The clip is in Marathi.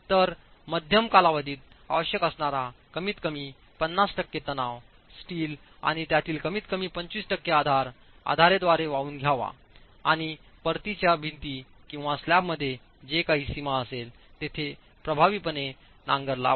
तर मध्यम कालावधीत आवश्यक असणारा कमीतकमी 50 टक्के तणाव स्टील आणि त्यातील कमीतकमी 25 टक्के आधार आधाराद्वारे वाहून घ्यावा आणि परतीच्या भिंती किंवा स्लॅबमध्ये जे काही सीमा असेल तेथे प्रभावीपणे नांगर लावावा